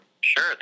Sure